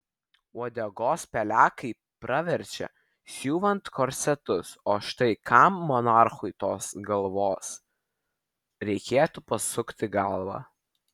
uodegos pelekai praverčia siuvant korsetus o štai kam monarchui tos galvos reikėtų pasukti galvą